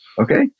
okay